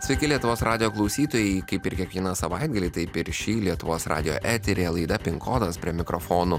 sveiki lietuvos radijo klausytojai kaip ir kiekvieną savaitgalį taip ir šį lietuvos radijo eteryje laida pin kodas prie mikrofonų